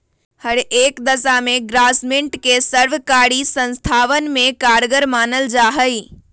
हर एक दशा में ग्रास्मेंट के सर्वकारी संस्थावन में कारगर मानल जाहई